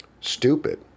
stupid